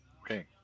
Okay